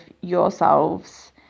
yourselves